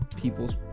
people's